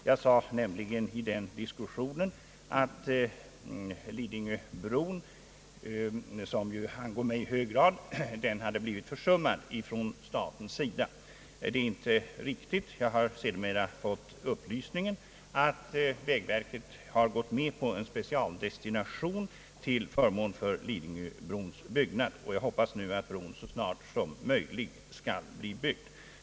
Jag sade nämligen i diskussionen för 14 dagar sedan att Lidingöbron, som ju i hög grad angår mig, försummas av statsmakterna. Detta påstående är inte riktigt. Jag har sedermera fått upplysningen att vägverket har gått med på en specialdestination till förmån för Lidingöbrons byggnad. Jag hoppas nu att bron så snart som möjligt skall bli färdigställd.